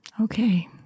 okay